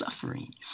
suffering